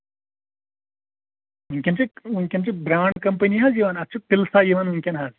وٕنٛکین چھِ brand company حظ یِوان اَتھ چھُ پِلسا یِوان وٕنکین حظ